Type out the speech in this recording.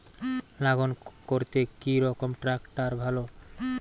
লাঙ্গল করতে কি রকম ট্রাকটার ভালো?